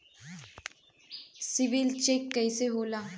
CIBIL check कइसे होला?